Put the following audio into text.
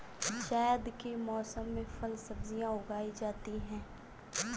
ज़ैद के मौसम में फल सब्ज़ियाँ उगाई जाती हैं